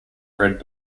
fred